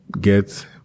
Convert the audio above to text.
get